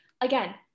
again